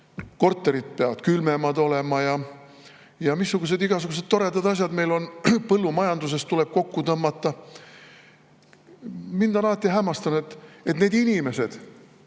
Korterid peavad külmemad olema ja missugused igasugused toredad asjad meil üldse on, põllumajanduses näiteks tuleb kokku tõmmata. Mind on alati hämmastanud, et need inimesed,